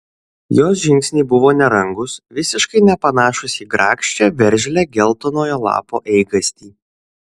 jos žingsniai buvo nerangūs visiškai nepanašūs į grakščią veržlią geltonojo lapo eigastį